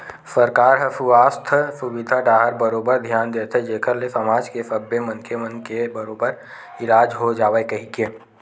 सरकार ह सुवास्थ सुबिधा डाहर बरोबर धियान देथे जेखर ले समाज के सब्बे मनखे मन के बरोबर इलाज हो जावय कहिके